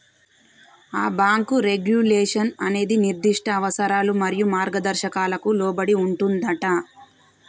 ఆ bank regulation అనేది నిర్దిష్ట అవసరాలు మరియు మార్గదర్శకాలకు లోబడి ఉంటుందంటా